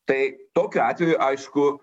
tai tokiu atveju aišku